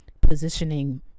positioning